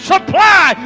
supply